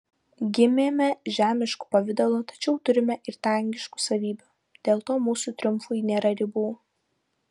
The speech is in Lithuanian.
gimėme žemišku pavidalu tačiau turime ir dangiškų savybių dėl to mūsų triumfui nėra ribų